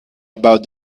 about